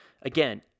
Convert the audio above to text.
again